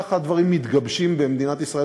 וכך הדברים מתגבשים במדינת ישראל,